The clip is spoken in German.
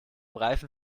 reifen